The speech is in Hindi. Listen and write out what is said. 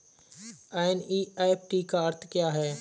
एन.ई.एफ.टी का अर्थ क्या है?